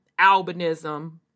albinism